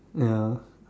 ya